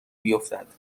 بیفتد